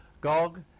Gog